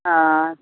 हँ